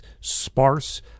sparse